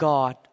God